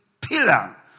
pillar